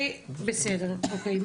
אוקיי,